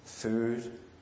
Food